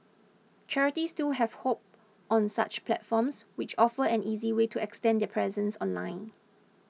charities too have hopped on such platforms which offer an easy way to extend their presence online